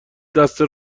دست